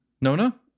Nona